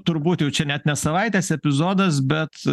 turbūt jau čia net ne savaitės epizodas bet